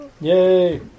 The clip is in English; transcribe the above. Yay